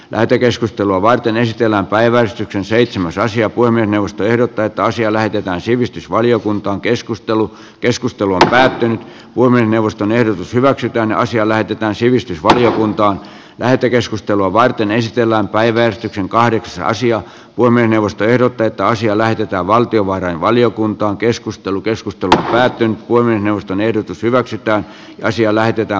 lähetekeskustelua varten ehti olla päiväystyksen seitsemän saisi apua minusta ehdot täyttä asiaa lähdetään sivistysvaliokuntaan keskustelu keskustelu päättynyt voimme neuvoston ehdotus hyväksytään asia lähetetään sivistysvaliokuntaan lähetekeskustelua varten esitellään päivystyksen kahdeksansia voimia neuvosto ehdottaa että asia lähetetään valtiovarainvaliokuntaankeskustelu keskusta tähtää työn kuin neuvoston ehdotus hyväksytään ja siellä pitää